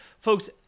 Folks